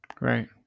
Right